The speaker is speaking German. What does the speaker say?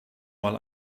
mal